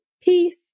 Peace